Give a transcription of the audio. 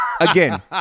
Again